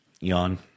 Yawn